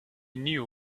knew